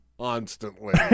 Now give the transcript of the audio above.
Constantly